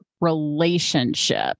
relationship